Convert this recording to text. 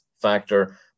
factor